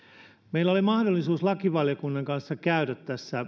meillä oli mahdollisuus lakivaliokunnan kanssa käydä